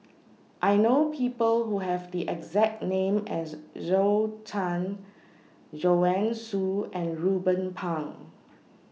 I know People Who Have The exact name as Zhou Can Joanne Soo and Ruben Pang